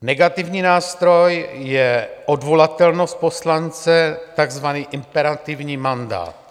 Negativní nástroj je odvolatelnost poslance, takzvaný imperativní mandát.